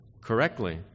correctly